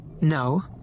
No